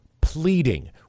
pleading